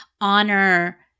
honor